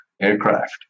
aircraft